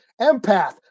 empath